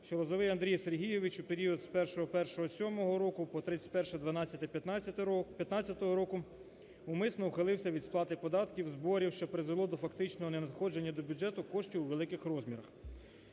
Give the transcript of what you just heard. що Лозовой Андрій Сергійович у період з 1.01.07 року по 31.12.2015 року умисно ухилився від сплати податків, зборів, що призвело до фактичного ненадходження до бюджету коштів у великих розмірах.